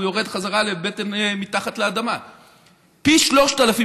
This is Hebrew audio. אדוני היושב-ראש,